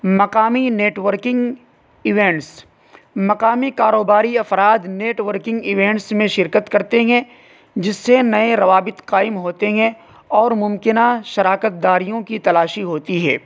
مقامی networking events مقامی کاروباری افراد نیٹ ورکنگ ایوینٹس میں شرکت کرتے ہیں جس سے نئے روابط قائم ہوتے ہیں اور ممکنہ شراکت داریوں کی تلاشی ہوتی ہے